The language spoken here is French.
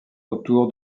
autour